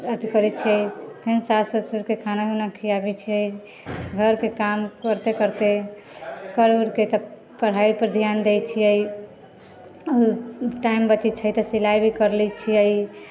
अथी करै छियै फेर सास ससुरके खाना ओना खिआबै छियै घरके काम करते करते कर उरके तब पढ़ाइपर ध्यान दै छियै उ टाइम बचै छै तऽ सिलाइ भी कर लै छियै